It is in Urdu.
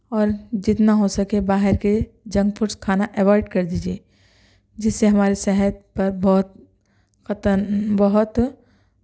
اور جتنا ہو سکے باہر کے جنک فوڈس کھانا اوائڈ کر دیجیے جس سے ہماری صحت پر بہت خطرا بہت